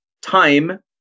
Time